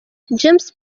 james